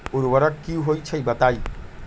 उर्वरक की होई छई बताई?